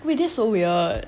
wait this is so weird